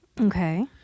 Okay